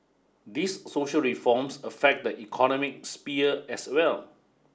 these social reforms affect the economic sphere as well